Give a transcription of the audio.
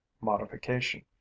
modification